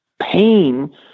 pain